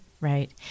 Right